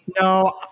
No